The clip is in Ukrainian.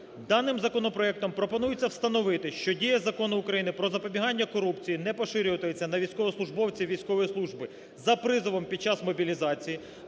Даним законопроектом пропонується встановити, що дія Закону України "Про запобігання корупції" не поширюватиметься на військовослужбовців військової служби за призовом під час мобілізації,